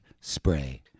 spray